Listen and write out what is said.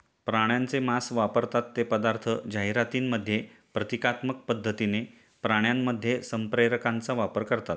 प्राण्यांचे मांस वापरतात ते पदार्थ जाहिरातींमध्ये प्रतिकात्मक पद्धतीने प्राण्यांमध्ये संप्रेरकांचा वापर करतात